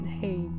hey